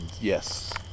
Yes